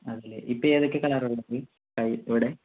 ആ ഇപ്പോൾ ഏതൊക്കെ കളർ ഉള്ളത് ഇവിടെ